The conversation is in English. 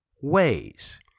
ways